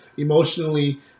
Emotionally